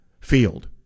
field